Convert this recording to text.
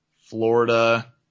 Florida